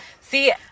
See